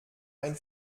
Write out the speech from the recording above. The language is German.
ein